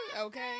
Okay